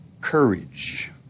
courage